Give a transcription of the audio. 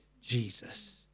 Jesus